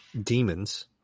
demons